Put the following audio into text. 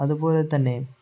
അതുപോലെ തന്നെ